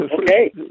Okay